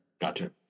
gotcha